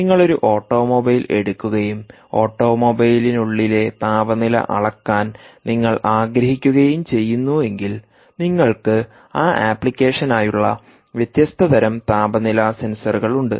നിങ്ങൾ ഒരു ഓട്ടോമൊബൈൽ എടുക്കുകയും ഓട്ടോമൊബൈലിനുള്ളിലെ താപനില അളക്കാൻ നിങ്ങൾ ആഗ്രഹിക്കുകയും ചെയ്യുന്നുവെങ്കിൽനിങ്ങൾക്ക് ആ അപ്ലിക്കേഷനായുള്ള വ്യത്യസ്ത തരം താപനില സെൻസറുകൾ ഉണ്ട്